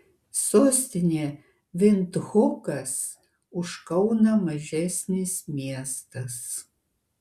sostinė vindhukas už kauną mažesnis miestas